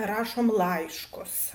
rašom laiškus